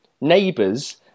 neighbors